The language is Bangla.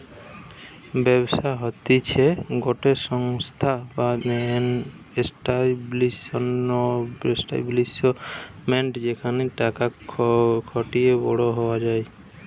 ব্যবসা হতিছে গটে সংস্থা বা এস্টাব্লিশমেন্ট যেখানে টাকা খাটিয়ে বড়ো হওয়া যায়